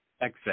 exit